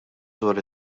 dwar